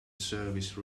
service